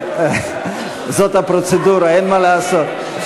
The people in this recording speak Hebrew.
זאת הפרוצדורה, אין מה לעשות.